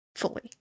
fully